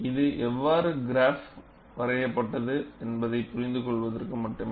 இது எவ்வாறு க்ராப் வரையப்பட்டது என்பதை புரிந்துக் கொள்வதற்கு மட்டுமே